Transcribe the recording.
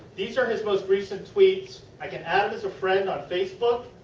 these are his most recent tweets. i can add him as a friend on facebook,